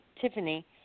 Tiffany